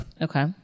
Okay